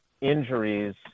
injuries